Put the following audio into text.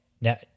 now